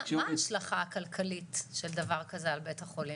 מה ההשלכה הכלכלית של דבר כזה על בית החולים?